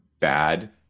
bad